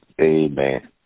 Amen